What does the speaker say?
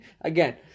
Again